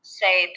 say